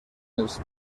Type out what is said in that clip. els